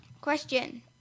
Question